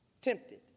tempted